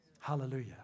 hallelujah